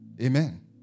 Amen